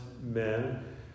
men